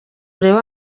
urebe